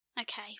Okay